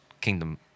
kingdom